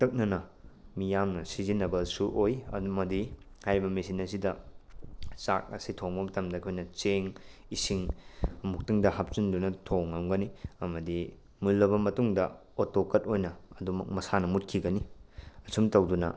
ꯄꯥꯛꯇꯛꯅꯅ ꯃꯤꯌꯥꯝꯅ ꯁꯤꯖꯤꯟꯅꯕꯁꯨ ꯑꯣꯏ ꯑꯗꯨꯃꯗꯤ ꯍꯥꯏꯔꯤꯕ ꯃꯦꯁꯤꯟ ꯑꯁꯤꯗ ꯆꯥꯛ ꯑꯁꯤ ꯊꯣꯡꯕ ꯃꯇꯝꯗ ꯑꯩꯈꯣꯏꯅ ꯆꯦꯡ ꯏꯁꯤꯡ ꯑꯃꯨꯛꯇꯪꯗ ꯍꯥꯞꯆꯤꯟꯗꯨꯅ ꯊꯣꯡꯉꯝꯒꯅꯤ ꯑꯃꯗꯤ ꯃꯨꯜꯂꯕ ꯃꯇꯨꯡꯗ ꯑꯣꯇꯣ ꯀꯠ ꯑꯣꯏꯅ ꯑꯗꯨꯃꯛ ꯃꯁꯥꯅ ꯃꯨꯠꯈꯤꯒꯅꯤ ꯑꯁꯨꯝ ꯇꯧꯗꯨꯅ